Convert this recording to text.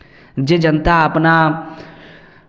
जे जनता अपना